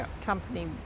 company